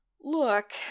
Look